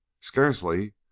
Scarcely